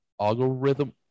algorithm